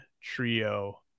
trio